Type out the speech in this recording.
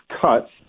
cuts